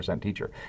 teacher